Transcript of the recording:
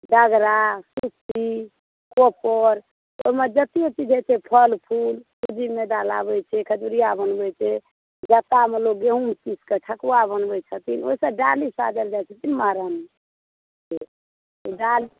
डगरा छिप्पी कोपड़ ओहिमे जते चीज होइ छै फल फुल सुजी मैदा लाबै छै खजुरिया बनबै छै जातामे लोक गेहूॅं पीस कऽ ठेकुआ बनबै छथिन ओहिसँ डाली साजल जाइ छथिन महारानीके डाली